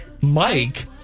Mike